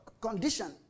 condition